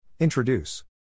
Introduce